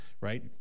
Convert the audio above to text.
right